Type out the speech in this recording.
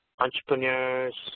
Entrepreneurs